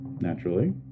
Naturally